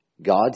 God